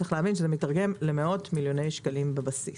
צריך להבין שזה מיתרגם למאות מיליוני שקלים בבסיס.